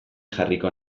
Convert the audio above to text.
jarriko